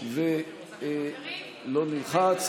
ולא נלחץ,